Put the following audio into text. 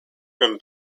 from